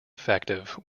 effective